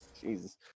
Jesus